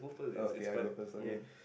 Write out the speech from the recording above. uh okay I go first okay